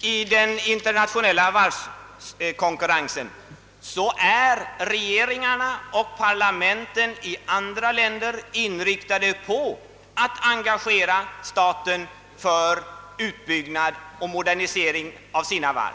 i den internationella varvskonkurrensen, är regeringarna och parlamenten i andra länder inriktade på att engagera staten i utbyggnad och modernisering av sina varv.